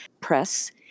press